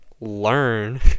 learn